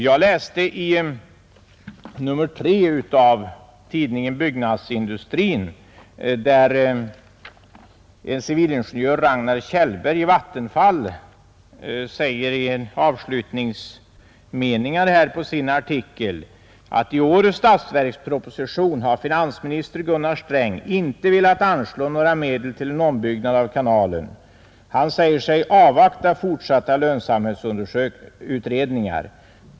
I en artikel i nr 3 av tidningen Byggnadsindustrin skriver civilingenjör Ragnar Kjellberg i Vattenfall avslutningsvis: ”I årets statsverksproposition har finansminister Gunnar Sträng inte velat anslå några medel till en ombyggnad av kanalen, Han säger sig avvakta fortsatta lönsamhetsutredningar.